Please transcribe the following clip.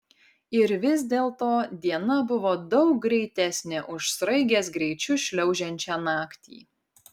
ir vis dėlto diena buvo daug greitesnė už sraigės greičiu šliaužiančią naktį